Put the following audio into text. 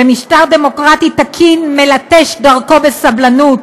ומשטר דמוקרטי תקין מלטש דרכו בסבלנות,